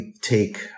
take